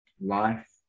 life